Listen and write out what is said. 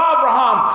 Abraham